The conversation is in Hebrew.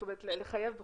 זאת אומרת לחייב בחוק,